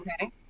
Okay